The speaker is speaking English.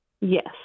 Yes